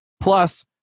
Plus